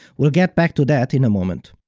we'll get back to that in a moment.